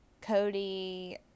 Cody